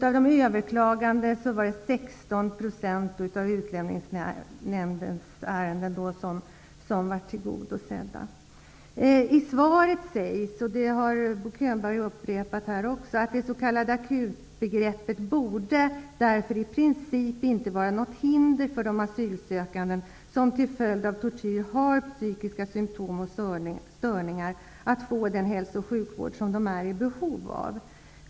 Av de överklagade blev 16 % av Utlänningsnämndens ärenden tillgodosedda. I svaret sades, vilket Bo Könberg också har upprepat, att det s.k. akutbegreppet därför i princip inte bör vara något hinder för de asylsökande som till följd av tortyr har psykiska symtom och störningar att få den hälso och sjukvård som de är i behov av.